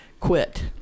Quit